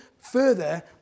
further